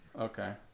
okay